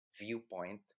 viewpoint